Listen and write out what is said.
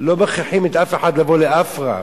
לא מכריחים אף אחד לבוא לאף רב.